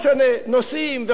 נוסעים וחונכים.